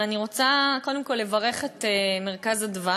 ואני רוצה קודם כול לברך את "מרכז אדוה",